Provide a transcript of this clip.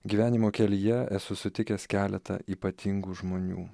gyvenimo kelyje esu sutikęs keletą ypatingų žmonių